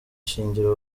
shingiro